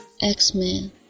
X-Men